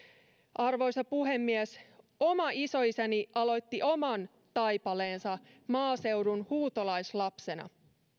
arvoisa puhemies oma isoisäni aloitti oman taipaleensa maaseudun huutolaislapsena